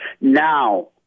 Now